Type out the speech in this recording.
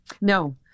No